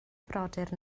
frodyr